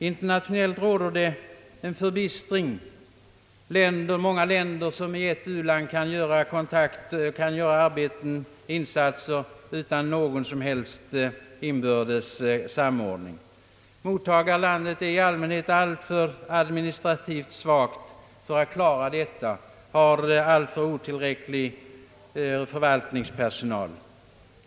Internationellt råder förbistring på detta område. Många olika länder gör nu insatser i ett u-land utan någon som helst inbördes samordning. Mottagarlandet är i allmänhet alltför administrativt svagt med otillräcklig förvaltningspersonal för att klara denna uppgift.